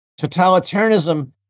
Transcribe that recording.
Totalitarianism